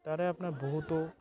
তাৰে আপোনাৰ বহুতো